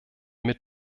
mit